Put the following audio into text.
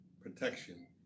protection